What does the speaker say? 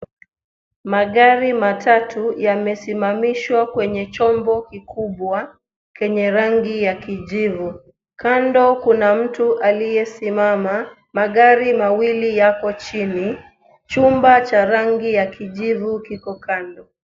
Magari matatu yamesimamishwa kwenye chombo kikubwa chenye rangi ya kijivu. Kando kuna mtu aliyesimama. Magari mawili yako chini. Chumba cha rangi ya kijivu kipo kando.